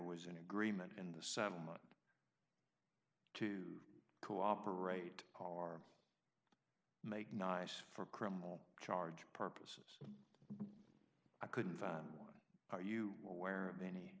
was an agreement in the settlement to cooperate are make nice for criminal charge purposes i couldn't find one are you aware of any